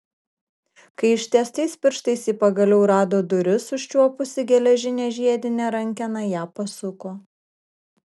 kai ištiestais pirštais ji pagaliau rado duris užčiuopusi geležinę žiedinę rankeną ją pasuko